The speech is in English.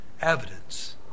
evidence